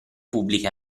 pubbliche